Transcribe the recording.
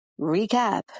recap